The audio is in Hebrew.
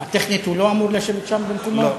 טכנית, הוא לא אמור לשבת שם במקומו?